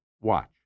Watch